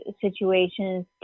situations